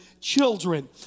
children